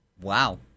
Wow